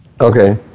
Okay